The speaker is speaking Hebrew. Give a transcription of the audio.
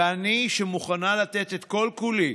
ואני, שמוכנה לתת את כל-כולי